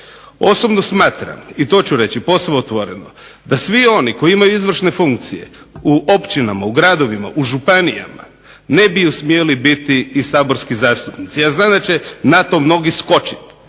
Osobno smatram i to ću reći posve otvoreno da svi oni koji imaju izvršne funkcije u općinama, u gradovima, u županijama ne bi smjeli biti i saborski zastupnici. Ja znam da će na to mnogi skočiti,